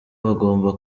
bagomba